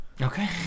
Okay